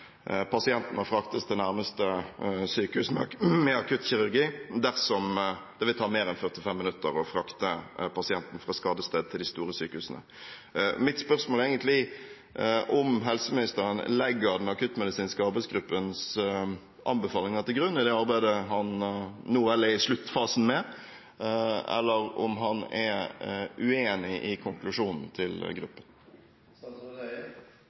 fraktes til nærmeste sykehus med akuttkirurgi dersom det vil ta mer enn 45 minutter å frakte pasienten fra skadested til de store sykehusene. Mitt spørsmål er om helseministeren legger den akuttmedisinske arbeidsgruppens anbefalinger til grunn i det arbeidet han nå er i sluttfasen med, eller om han er uenig i konklusjonen til gruppen.